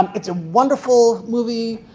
it's a wonderful movie.